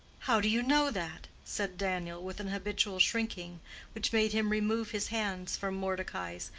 how do you know that? said daniel, with an habitual shrinking which made him remove his hands from mordecai's,